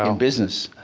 um business?